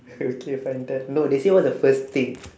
okay fine then no they say what is the first thing